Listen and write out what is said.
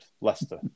Leicester